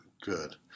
Good